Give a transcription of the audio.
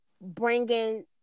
bringing